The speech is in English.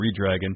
Redragon